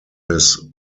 his